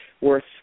worth